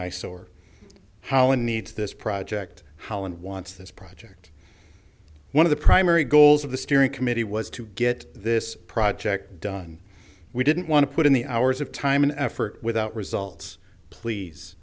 eyesore how in need this project how and wants this project one of the primary goals of the steering committee was to get this project done we didn't want to put in the hours of time and effort without results please